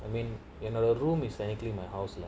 I mean in our room is technically my house lah